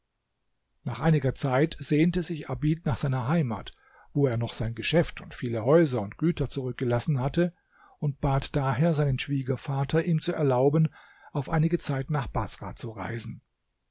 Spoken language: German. nach einiger zeit sehnte sich abid nach seiner heimat wo er noch sein geschäft und viele häuser und güter zurückgelassen hatte und bat daher seinen schwiegervater ihm zu erlauben auf einige zeit nach baßrah zu reisen